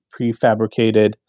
prefabricated